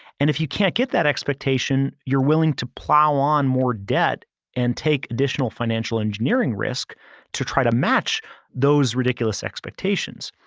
and if you can't get that expectation, you're willing to plow on more debt and take additional financial engineering risk to try to match those ridiculous expectations.